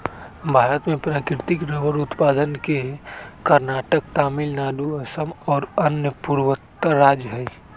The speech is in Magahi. भारत में प्राकृतिक रबर उत्पादक के कर्नाटक, तमिलनाडु, असम और अन्य पूर्वोत्तर राज्य हई